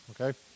okay